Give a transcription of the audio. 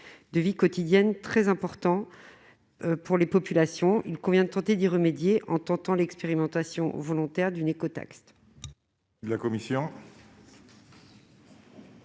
de vie quotidienne très importants pour les populations, il convient de tenter d'y remédier en tentant l'expérimentation volontaire d'une écotaxe.